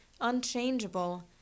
unchangeable